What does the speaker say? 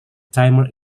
timer